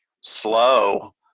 slow